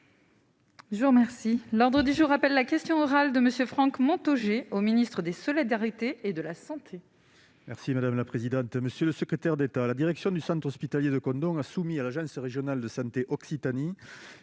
vous remercie l'ordre du jour appelle la question orale de monsieur Franck Montaugé au ministre des solidarités et de la santé. Merci madame la présidente, monsieur le secrétaire d'État à la direction du centre hospitalier de Côte-d Or a soumis à la jeune se Régionale de Santé Occitanie,